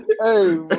Hey